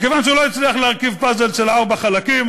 כיוון שהוא לא הצליח להרכיב פאזל של ארבעה חלקים,